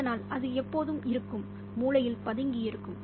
அதனால் அது எப்போதும் இருக்கும் மூலையில் பதுங்கியிருக்கும்